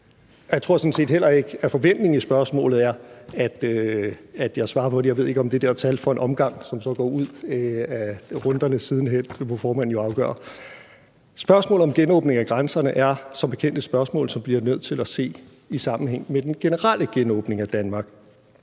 set heller ikke, at forventningen er, at jeg svarer på spørgsmålet. Jeg ved ikke, om det talte for en omgang, som så går ud af runderne siden hen – det må formanden jo afgøre. Spørgsmålet om genåbningen af grænserne er som bekendt et spørgsmål, som man bliver nødt til at se i sammenhæng med den generelle genåbning af Danmark.